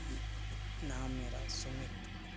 नाम मेरा सुमित